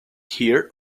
here